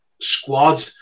squad